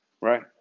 right